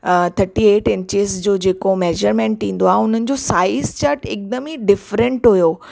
thirty eight inches जो जेको measurement ईंदो आहे उन्हनि जो साइज़ चार्ट हिकदमि ई डिफरैंट हुओ